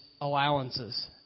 allowances